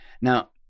Now